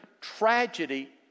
tragedy